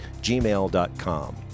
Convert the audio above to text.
gmail.com